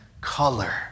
color